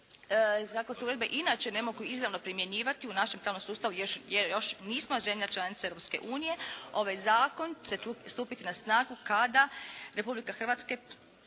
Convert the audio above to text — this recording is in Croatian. kako se uredbe inače ne mogu izravno primjenjivati u našem pravnom sustavu jer još nismo zemlja članica Europske unije, ovaj Zakon će stupiti na snagu kada Republika Hrvatska